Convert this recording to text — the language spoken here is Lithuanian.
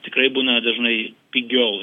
tikrai būna dažnai pigiau